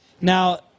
now